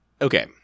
Okay